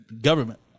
government